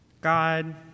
God